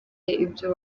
ibyo